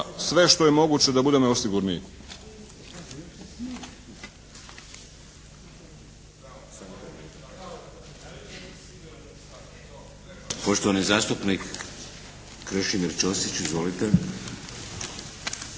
sve što je moguće da budemo još sigurniji.